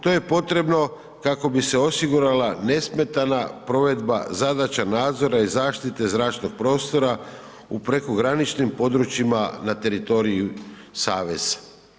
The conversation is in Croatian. To je potrebno kako bi se osigurala nesmetana provedba zadaća nadzora i zaštite zračnog prostora u prekograničnim područjima na teritoriju saveza.